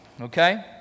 okay